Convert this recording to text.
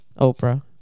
Oprah